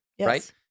right